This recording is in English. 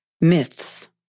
myths